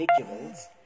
individuals